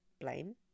blame